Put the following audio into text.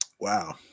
Wow